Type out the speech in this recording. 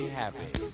happy